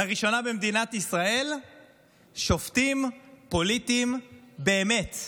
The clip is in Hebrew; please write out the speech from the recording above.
לראשונה במדינת ישראל שופטים פוליטיים באמת.